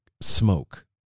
smoke